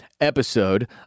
episode